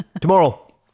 Tomorrow